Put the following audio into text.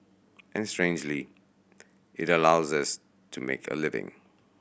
and strangely it allows us to make a living